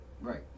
Right